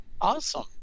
Awesome